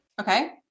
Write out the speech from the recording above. Okay